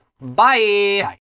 Bye